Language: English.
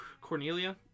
Cornelia